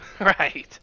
Right